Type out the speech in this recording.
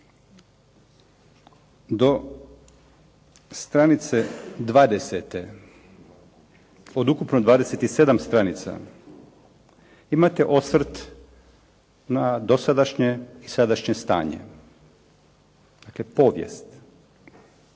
Do stranice 20, od ukupno 27 stranica imate osvrt na dosadašnje i sadašnje stanje. Dakle povijest.